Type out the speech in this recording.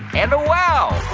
and a wow!